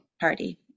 party